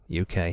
UK